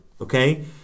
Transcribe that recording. Okay